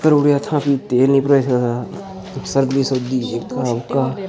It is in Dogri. सौ रपेऽ दा इ'त्थां तेल निं भराई सकदा ते सर्विस होंदी ऐह्का ओह्का